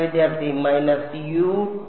വിദ്യാർത്ഥി minus u 2